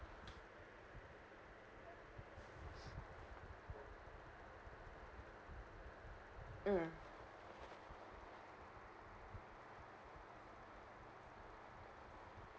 mm